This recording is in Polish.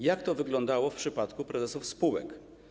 Jak to wyglądało w przypadku prezesów spółek?